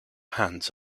hands